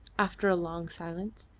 after a long silence.